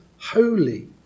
holy